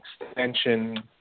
extension